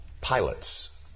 pilots